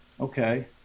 Okay